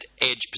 edge